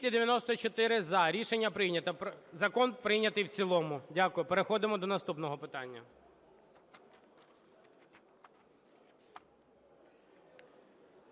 За-294 Рішення прийнято. Закон прийнятий в цілому. Дякую. Переходимо до наступного питання.